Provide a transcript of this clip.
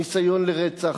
ניסיון לרצח,